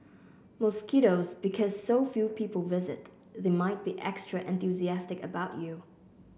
mosquitoes Because so few people visit they might be extra enthusiastic about you